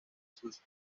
sus